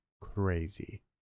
crazy